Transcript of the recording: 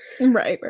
Right